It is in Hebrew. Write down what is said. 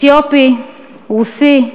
אתיופי, רוסי,